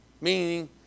meaning